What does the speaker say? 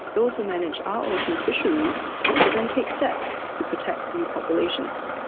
those who manage our ocean fisheries could then take steps to protect these populations.